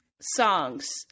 songs